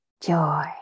joy